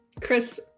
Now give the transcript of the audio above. Chris